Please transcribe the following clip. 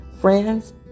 Friends